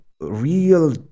real